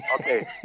Okay